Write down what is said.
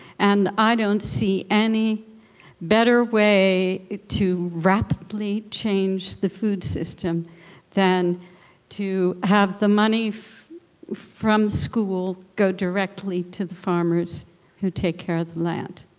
and i don't see any better way to rapidly change change the food system than to have the money from school go directly to the farmers who take care of the land.